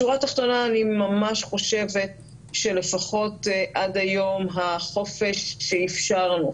בשורה התחתונה אני ממש חושבת שלפחות עד היום החופש שאפשרנו,